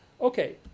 Okay